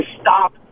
stop